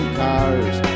cars